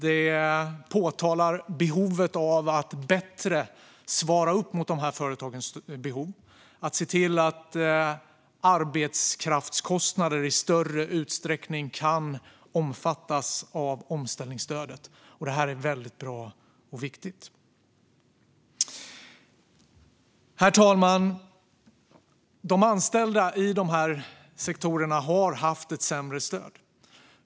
Man påpekar behovet av att bättre svara upp mot de här företagens behov och att se till att arbetskraftskostnader i större utsträckning kan omfattas av omställningsstödet. Detta är väldigt bra och viktigt. Herr talman! De anställda i de här sektorerna har haft ett sämre stöd.